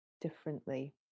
differently